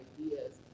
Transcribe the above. ideas